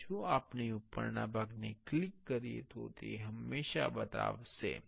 અને જો આપણે ઉપરના ભાગને ક્લિક કરીએ તો તે હંમેશા બતાવશે